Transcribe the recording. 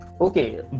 Okay